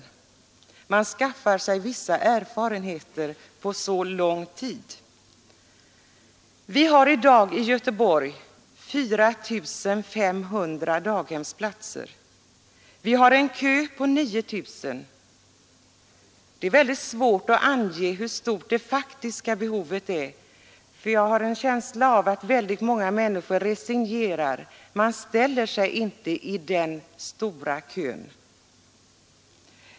Man skaffar sig vissa erfarenheter under så lång tid. Vi har i dag i Göteborg 4 500 daghemsplatser. Vi har en kö på 9 000. Det är mycket svårt att ange hur stort det faktiska behovet är, för jag har en känsla av att många människor resignerar; de ställer sig inte i den långa kön.